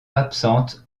absente